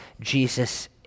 Jesus